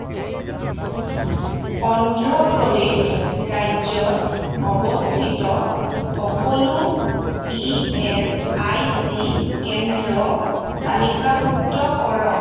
অন্ধ্ৰ প্ৰদেশ ৰাজ্যত অৱস্থিত সকলো ই এচ আই চি কেন্দ্ৰ তালিকাভুক্ত কৰক